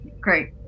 Great